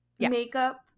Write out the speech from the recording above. makeup